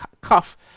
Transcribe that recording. Cuff